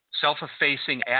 self-effacing